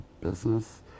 business